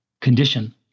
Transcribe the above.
condition